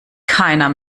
keiner